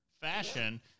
fashion